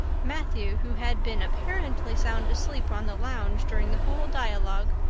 matthew, who had been apparently sound asleep on the lounge during the whole dialogue,